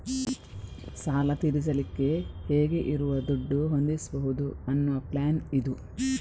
ಸಾಲ ತೀರಿಸಲಿಕ್ಕೆ ಹೇಗೆ ಇರುವ ದುಡ್ಡು ಹೊಂದಿಸ್ಬಹುದು ಅನ್ನುವ ಪ್ಲಾನ್ ಇದು